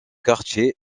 quartier